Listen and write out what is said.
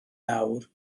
nawr